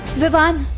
vivaan,